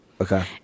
Okay